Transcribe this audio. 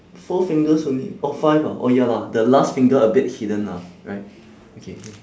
four fingers only orh five ah orh ya lah the last finger a bit hidden lah right okay